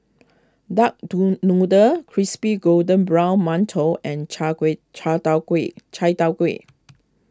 Duck do Noodle Crispy Golden Brown Mantou and Chia Kway Chia Tow Kway Chai Tow Kway